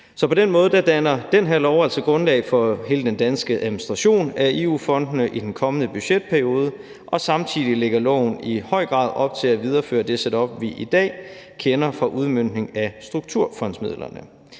Så på den måde danner den her lov altså grundlag for hele den danske administration af EU-fondene i den kommende budgetperiode, og samtidig lægger loven i høj grad op til at videreføre det setup, vi i dag kender fra udmøntningen af strukturfondsmidlerne.